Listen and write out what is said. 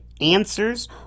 answers